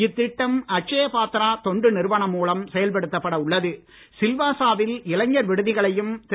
இத்திட்டம் அக்ஷ்ய பாத்திரா தொண்டு நிறுவனம் மூலம் செயல்படுத்தப்பட உள்ளது சில்வாசாவில் இளைஞர் விடுதிகளையும் திரு